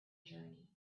journey